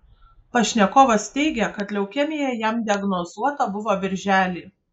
pašnekovas teigia kad leukemija jam diagnozuota buvo birželį